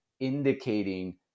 indicating